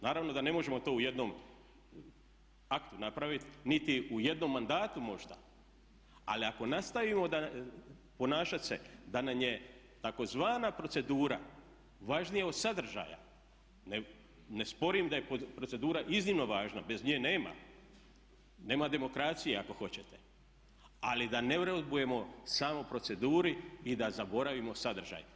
Naravno da ne možemo to u jednom aktu napraviti niti u jednom mandatu možda ali ako nastavimo ponašati se da nam je tzv. procedura važnija od sadržaja, ne sporim da je procedura iznimno važna bez nje nema, nema demokracije ako hoćete, ali da ne vrbujemo samo proceduri i da zaboravimo sadržaj.